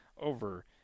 over